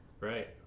Right